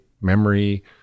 memory